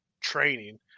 training